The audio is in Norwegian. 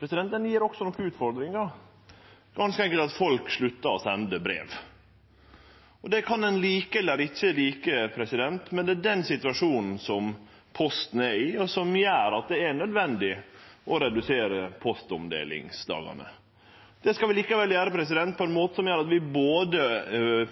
den gjev også nokre utfordringar: ganske enkelt at folk sluttar å sende brev. Det kan ein like eller ikkje like, men det er den situasjonen Posten er i, og som gjer at det er nødvendig å redusere postomdelingsdagane. Det skal vi likevel gjere på ein slik måte at vi både